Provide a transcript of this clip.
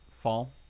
fall